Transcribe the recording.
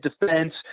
defense